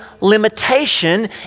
limitation